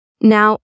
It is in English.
now